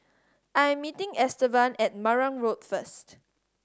I'm meeting Estevan at Marang Road first